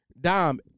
Dom